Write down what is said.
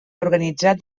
organitzat